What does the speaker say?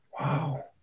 Wow